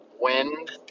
wind